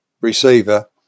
receiver